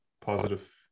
positive